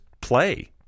play